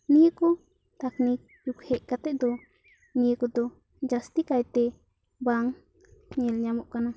ᱱᱤᱭᱟᱹ ᱠᱚ ᱴᱮᱠᱱᱤᱠ ᱡᱩᱜᱽ ᱦᱮᱡ ᱠᱟᱛᱮ ᱫᱚ ᱱᱤᱭᱟᱹ ᱠᱚ ᱫᱚ ᱡᱟᱹᱥᱛᱤ ᱠᱟᱭ ᱛᱮ ᱵᱟᱝ ᱧᱮᱞ ᱧᱟᱢᱚᱜ ᱠᱟᱱᱟ